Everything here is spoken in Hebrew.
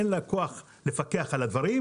אין להם כוח לפקח על הדברים,